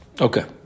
Okay